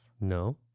No